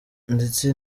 ndetse